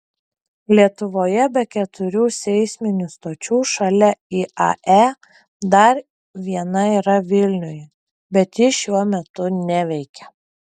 lietuvoje be keturių seisminių stočių šalia iae dar viena yra vilniuje bet ji šiuo metu neveikia